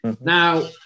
Now